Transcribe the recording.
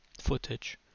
footage